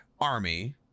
army